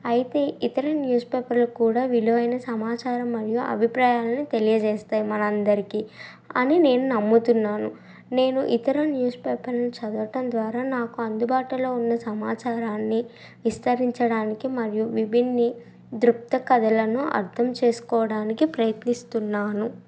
అయితే ఇతర న్యూస్ పేపర్లు కూడా విలువైన సమాచారం మరియు అభిప్రాయాలని తెలియజేస్తాయి మనందరికి అని నేను నమ్ముతున్నాను నేను ఇతర న్యూస్ పేపర్లు చదవటం ద్వారా నాకు అందుబాటులో ఉన్న సమాచారాన్ని విస్తరించడానికి మరియు విభిన్న దృక్పదాలను అర్థం చేసుకోడానికి ప్రయత్నిస్తున్నాను